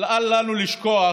אל לנו לשכוח